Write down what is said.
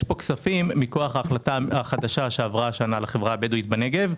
יש פה גם כספים מכוח ההחלטה החדשה שעברה השנה לחברה הבדואית בנגב,